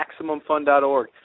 MaximumFun.org